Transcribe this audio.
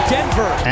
Denver